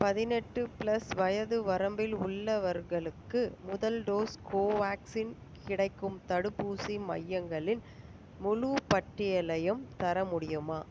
பதினெட்டு ப்ளஸ் வயது வரம்பில் உள்ளவர்களுக்கு முதல் டோஸ் கோவேக்சின் கிடைக்கும் தடுப்பூசி மையங்களின் முழுப் பட்டியலையும் தர முடியுமா